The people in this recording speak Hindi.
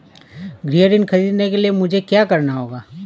गृह ऋण ख़रीदने के लिए मुझे क्या करना होगा?